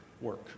work